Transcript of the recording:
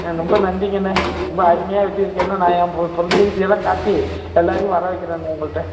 ஆ ரொம்ப நன்றிங்கண்ணே ரொம்ப அருமையாக வெட்டி இருக்கேன்னு நான் என் பொ ப்ரெண்டுகிட்டயெல்லாம் காட்டி எல்லோரையும் வர வைக்கிறேண்ணே உங்கள்கிட்ட